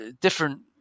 different